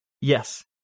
Yes